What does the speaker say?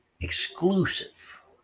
exclusive